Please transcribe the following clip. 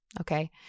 okay